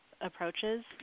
approaches